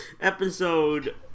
episode